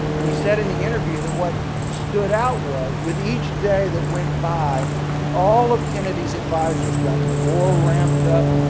and he said in the interview that what stood out was that with each day that went by all of kennedy's advisers got more ramped up,